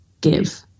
give